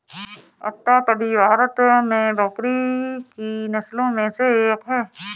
अट्टापडी भारत में बकरी की नस्लों में से एक है